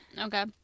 Okay